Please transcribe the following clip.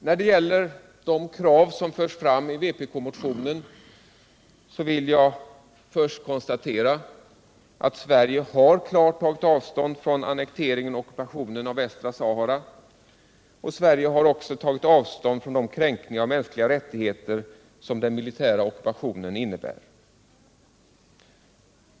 När det gäller de krav som förs fram i vpk-motionen vill jag först konstatera att Sverige klart har tagit avstånd från ockupationen av Västra Sahara, liksom också från de kränkningar av de mänskliga rättigheterna som den militära ockupationen innebär.